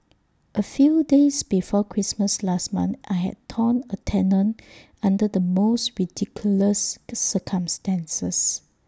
A few days before Christmas last month I had torn A tendon under the most ridiculous circumstances